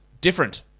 different